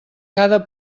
cada